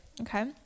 Okay